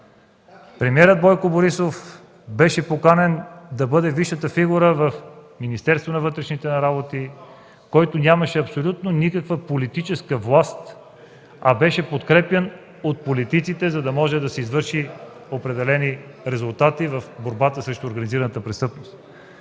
Премиерът Бойко Борисов беше поканен да бъде висшата фигура в Министерството на вътрешните работи, който нямаше абсолютно никаква политическа власт, а беше подкрепян от политиците, за да може да се извършат определени резултати в борбата срещу организираната престъпност.